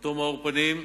אותו מאור פנים,